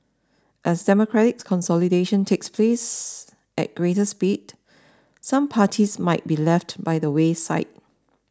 as democratic consolidation takes place at greater speed some parties might be left by the wayside